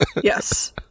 Yes